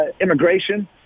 immigration